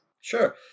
Sure